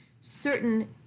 certain